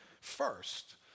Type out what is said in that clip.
first